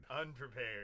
Unprepared